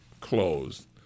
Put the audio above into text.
closed